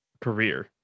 career